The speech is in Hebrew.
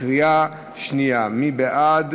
מי בעד?